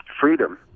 freedom